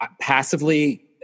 passively